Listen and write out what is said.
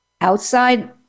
outside